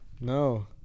No